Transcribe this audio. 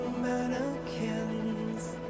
mannequins